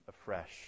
afresh